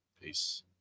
Peace